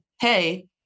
hey